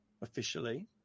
officially